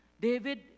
David